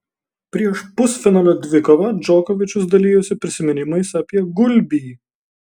prieš pusfinalio dvikovą džokovičius dalijosi prisiminimais apie gulbį